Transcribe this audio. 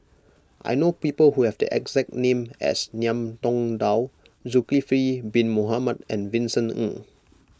I know people who have the exact name as Ngiam Tong Dow Zulkifli Bin Mohamed and Vincent Ng